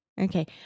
Okay